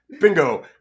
Bingo